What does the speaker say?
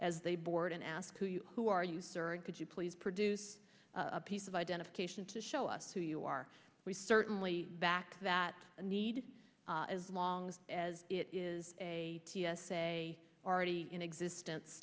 as they board and ask who are you sir and could you please produce a piece of identification to show us who you are we certainly back that need as long as it is a t s a already in existence